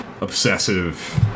obsessive